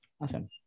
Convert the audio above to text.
Awesome